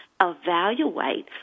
evaluate